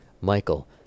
michael